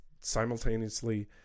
simultaneously